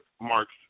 marks